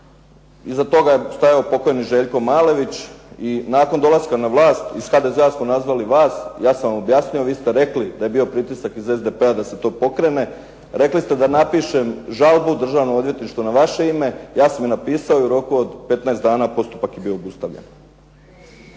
Iza toga je stajao pokojni Željko Malević i nakon dolaska na vlast, iz HDZ-a smo nazvali vas, ja sam vam objasnio, vi ste rekli da je bio pritisak iz SDP-a da se to pokrene. Rekli ste da napišem žalbu Državnom odvjetništvu na vaše ime. Ja sam je napisao i u roku od 15 dana postupak je bio obustavljen.